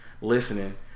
listening